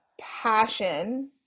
passion